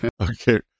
Okay